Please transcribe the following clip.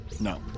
No